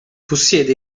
possiede